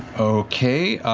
okay.